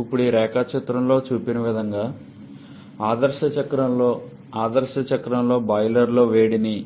ఇప్పుడు ఈ రేఖాచిత్రంలో చూపిన విధంగా ఆదర్శ చక్రంలో ఆదర్శ చక్రంలో బాయిలర్లో వేడిని